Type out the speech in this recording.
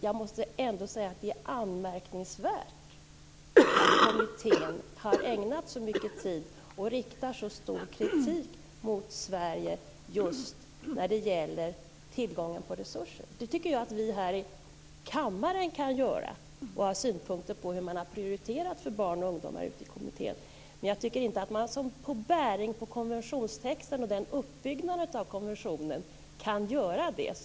Jag måste ändå säga att det är anmärkningsvärt att kommittén har ägnat så mycken tid och riktat så stark kritik mot Sverige just när det gäller tillgången på resurser. Jag tycker att vi här i kammaren kan ha synpunkter på hur man har prioriterat för barn och ungdomar, men jag tycker inte att kommitténs kritik har bäring i konventionstexten och uppbyggnaden av konventionen.